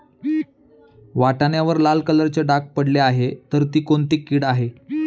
वाटाण्यावर लाल कलरचे डाग पडले आहे तर ती कोणती कीड आहे?